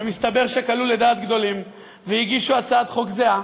שמסתבר שקלעו לדעת גדולים והגישו הצעת חוק זהה,